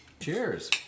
Cheers